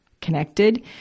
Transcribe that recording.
connected